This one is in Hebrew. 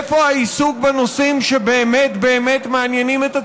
איפה העיסוק בנושאים שבאמת באמת מעניינים את הציבור?